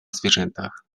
zwierzętach